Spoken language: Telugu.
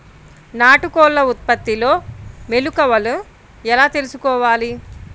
నాటుకోళ్ల ఉత్పత్తిలో మెలుకువలు ఎలా తెలుసుకోవాలి?